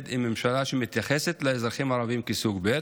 עם ממשלה שמתייחסת לאזרחים הערבים כסוג ב',